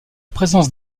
présence